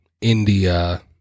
India